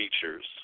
features